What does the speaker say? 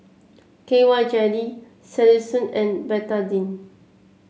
K Y Jelly Selsun and Betadine